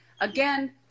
again